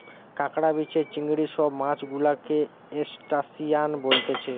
কাঁকড়া, বিছে, চিংড়ি সব মাছ গুলাকে ত্রুসটাসিয়ান বলতিছে